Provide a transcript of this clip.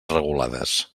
regulades